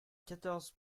quatorze